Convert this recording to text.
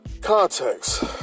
context